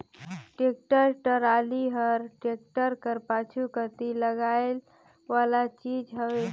tractor trolley हर tractor कर पाछू कती लगाए वाला चीज हवे